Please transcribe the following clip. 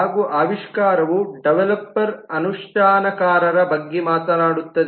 ಹಾಗು ಆವಿಷ್ಕಾರವು ಡೆವಲಪರ್ ಅನುಷ್ಠಾನಕಾರರ ಬಗ್ಗೆ ಮಾತನಾಡುತ್ತದೆ